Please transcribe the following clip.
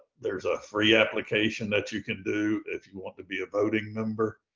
there's a free application that you can do if you want to be a voting member,